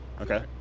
Okay